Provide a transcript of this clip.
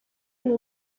uyu